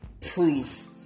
proof